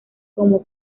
como